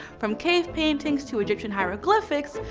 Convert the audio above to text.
from cave paintings, to egyptian hieroglyphics,